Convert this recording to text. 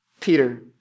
Peter